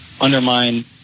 undermine